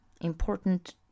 important